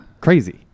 crazy